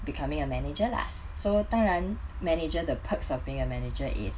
becoming a manager lah so 当然 manager 的 perks of being a manager is